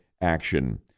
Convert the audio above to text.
action